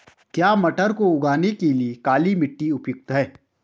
क्या मटर को उगाने के लिए काली मिट्टी उपयुक्त है?